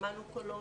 שמענו קולות,